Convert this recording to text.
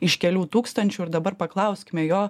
iš kelių tūkstančių ir dabar paklauskime jo